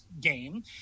game